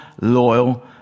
loyal